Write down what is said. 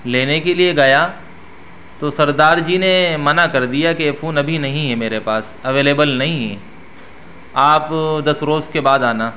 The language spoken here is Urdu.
لینے کے لیے گیا تو سردار جی نے منع کر دیا کہ یہ فون ابھی نہیں ہے میرے پاس اویلیبل نہیں ہے آپ دس روز کے بعد آنا